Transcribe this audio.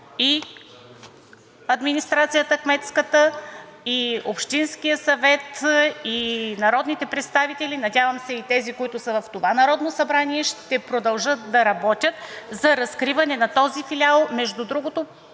администрация, и Общинският съвет, и народните представители – надявам се и тези, които са в това Народно събрание, ще продължат да работят за разкриване на този филиал. Между другото,